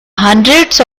hundreds